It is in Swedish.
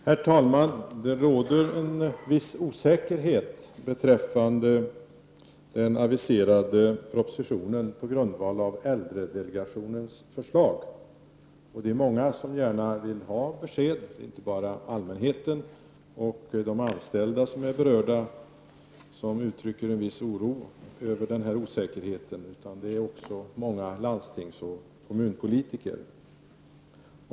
Herr talman! Det råder en viss osäkerhet beträffande den aviserade propositionen på grundval av äldredelegationens förslag. Det är många som gärna vill ha besked. Det är inte bara allmänheten och de anställda som är berörda som uttrycker en viss oro över denna osäkerhet utan det är också många landstingsoch kommunpolitiker.